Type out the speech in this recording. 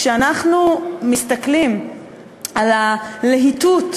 כשאנחנו מסתכלים על הלהיטות,